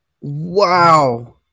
Wow